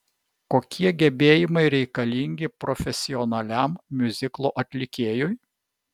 kokie gebėjimai reikalingi profesionaliam miuziklo atlikėjui